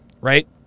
right